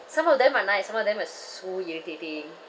some of them are nice some of them are so irritating